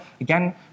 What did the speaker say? Again